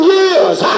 years